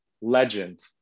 legend